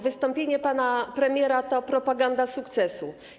Wystąpienie pana premiera to propaganda sukcesu.